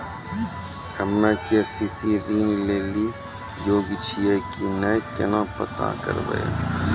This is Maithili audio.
हम्मे के.सी.सी ऋण लेली योग्य छियै की नैय केना पता करबै?